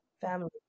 Family